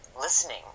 listening